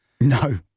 No